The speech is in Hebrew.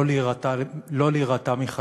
לא להירתע מחזון,